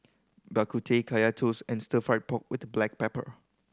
Bak Kut Teh Kaya Toast and Stir Fried Pork With Black Pepper